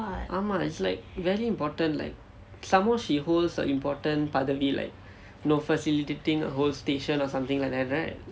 ஆமாம்:aamaam it's very important like somemore she holds a important பதவி:pathavi like know facilitating a whole station or something like that right